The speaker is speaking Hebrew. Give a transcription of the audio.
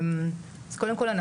אז קודם כל,